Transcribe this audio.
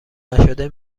نشده